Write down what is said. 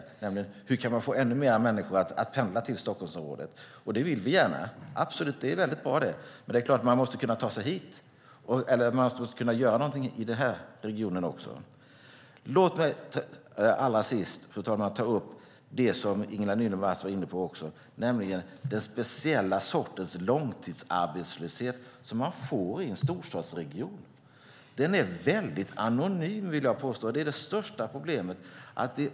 Det handlar om hur vi kan få ännu fler människor att pendla till Stockholmsområdet. Det vill vi gärna, och det är bra, men då måste man kunna ta sig hit och kunna göra något i den här regionen. Låt mig allra sist ta upp det som Ingela Nylund Watz också var inne på, nämligen den speciella sorts långtidsarbetslöshet som man får i en storstadsregion. Den är väldigt anonym, och det är det största problemet.